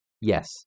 yes